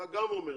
אתה גם אומר,